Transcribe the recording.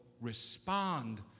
respond